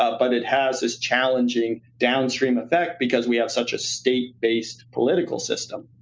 ah but it has this challenging downstream effect, because we have such a state-based political system.